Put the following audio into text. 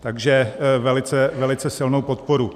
Takže velice, velice silnou podporu.